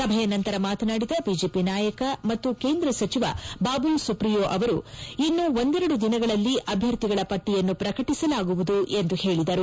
ಸಭೆಯ ನಂತರ ಮಾತನಾಡಿದ ಬಿಜೆಪಿ ನಾಯಕ ಮತ್ತು ಕೇಂದ್ರ ಸಚಿವ ಬಾಬೂಲ್ ಸುಪ್ರಿಯೋ ಅವರು ಇನ್ನು ಒಂದೆರಡು ದಿನಗಳಲ್ಲಿ ಅಭ್ಯರ್ಥಿಗಳ ಪಟ್ಲಿಯನ್ನು ಪ್ರಕಟಿಸಲಾಗುವುದು ಎಂದು ಹೇಳದರು